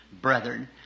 Brethren